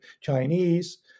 Chinese